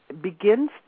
begins